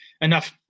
enough